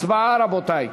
הצבעה, רבותי.